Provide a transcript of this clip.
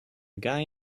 guy